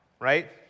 right